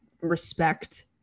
respect